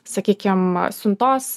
sakykim siuntos